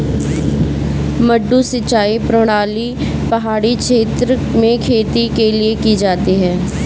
मडडू सिंचाई प्रणाली पहाड़ी क्षेत्र में खेती के लिए की जाती है